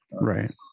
right